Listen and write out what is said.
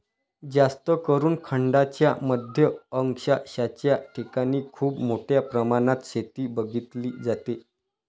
जास्तकरून खंडांच्या मध्य अक्षांशाच्या ठिकाणी खूप मोठ्या प्रमाणात शेती बघितली जाते